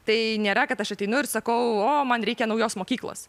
tai nėra kad aš ateinu ir sakau o man reikia naujos mokyklos